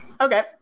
Okay